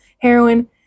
heroin